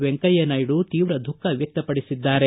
ವೆಂಕಯ್ತ ನಾಯ್ಡು ತೀವ್ರ ದುಃಖ ವ್ಯಕ್ತಪಡಿಸಿದ್ದಾರೆ